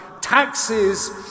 taxes